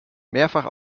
mehrfach